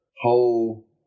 whole